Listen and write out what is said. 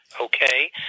okay